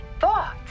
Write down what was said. thoughts